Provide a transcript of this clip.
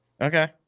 Okay